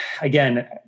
again